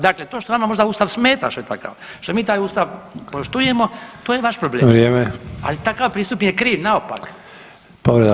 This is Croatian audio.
Dakle, to što vama možda Ustav smeta što je takav, što mi taj Ustav poštujemo to je vaš problem [[Upadica: Vrijeme.]] ali takav pristup je kriv, naopak.